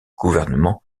gouvernement